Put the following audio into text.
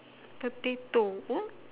potato oh